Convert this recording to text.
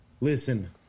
Listen